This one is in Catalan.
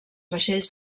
vaixells